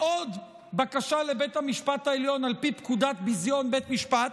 לעוד בקשה לבית המשפט העליון על פי פקודת ביזיון בית משפט.